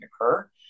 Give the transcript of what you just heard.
occur